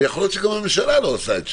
ויכול להיות שגם הממשלה לא עושה את שלה.